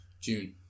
June